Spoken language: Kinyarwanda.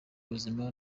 ubuzima